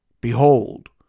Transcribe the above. Behold